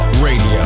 Radio